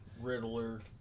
Riddler